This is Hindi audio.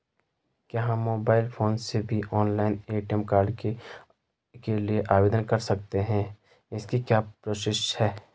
क्या हम मोबाइल फोन से भी ऑनलाइन ए.टी.एम कार्ड के लिए आवेदन कर सकते हैं इसकी क्या प्रोसेस है?